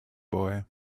boy